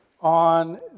on